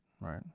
Right